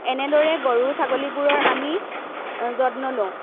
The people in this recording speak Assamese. এনেদৰে গৰু ছাগলীবোৰৰ আমি যত্ন লওঁ